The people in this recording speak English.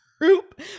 group